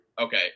Okay